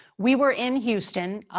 we were in houston,